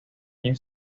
año